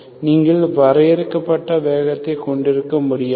சரி நீங்கள் வரையறுக்கப்பட்ட வேகத்தைக் கொண்டிருக்க முடியாது